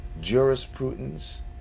jurisprudence